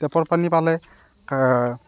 টেপৰ পানী পালে